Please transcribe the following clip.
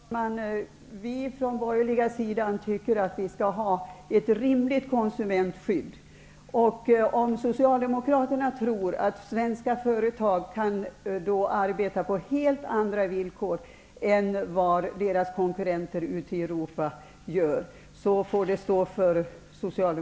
Fru talman! Vi från den borgerliga sidan tycker att det skall finnas ett rimligt konsumentskydd. Socialdemokraterna tror att svenska företag kan arbeta på helt andra villkor än vad konkurrenterna gör i Europa.